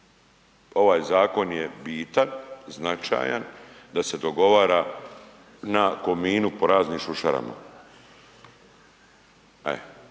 ovaj zakon je bitan, značajan da se dogovara na Kominu po raznim šušarama,